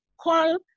call